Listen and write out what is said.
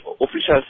officials